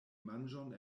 manĝon